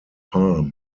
palm